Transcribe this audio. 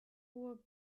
hohe